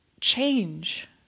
change